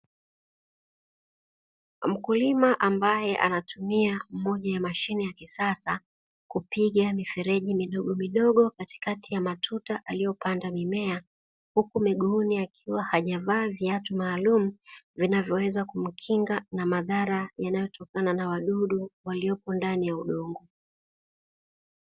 Mkulima ambaye anatumia moja ya mashine ya kisasa kupiga mifereji midogo midogo katikati ya matuta aliyopanda mimea, huku miguuni akiwa hajavaa viatu maalum vinavyoweza kumkinga na madhara yanayotokana na wadudu waliopo ndani ya udongo.